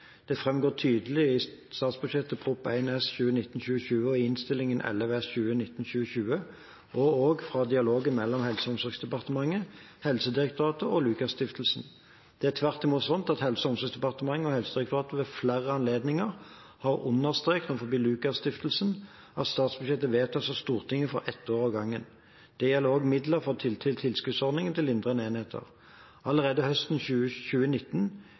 tydelig i statsbudsjettet, Prop. 1 S for 2019–2020 og Innst. 11 S for 2019–2020, og også i dialogen mellom Helse- og omsorgsdepartementet, Helsedirektoratet og Lukas Stiftelsen. Det er tvert imot slik at Helse- og omsorgsdepartementet og Helsedirektoratet ved flere anledninger har understreket overfor Lukas Stiftelsen at statsbudsjettet vedtas av Stortinget for ett år av gangen. Det gjelder også for midler til tilskuddsordningen til lindrende enheter. Allerede høsten 2019,